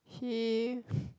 he